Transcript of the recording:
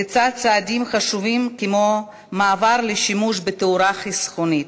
לצד צעדים חשובים כמו מעבר לשימוש בתאורה חסכונית.